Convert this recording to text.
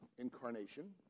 incarnation